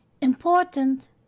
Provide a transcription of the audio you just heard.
important